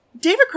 David